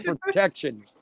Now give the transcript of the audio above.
protection